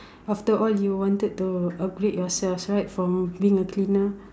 after all you wanted to upgrade yourself right from being a cleaner